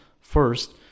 first